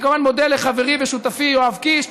אני כמובן מודה לחברי ושותפי יואב קיש,